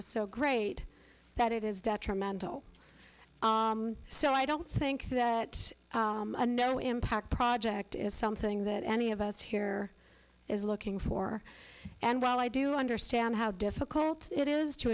is so great that it is detrimental so i don't think that a no impact project is something that any of us here is looking for and while i do understand how difficult it is to